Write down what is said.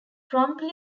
promptly